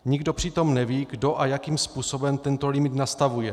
Nikdo přitom neví, kdo a jakým způsobem tento limit nastavuje.